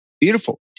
Beautiful